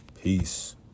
Peace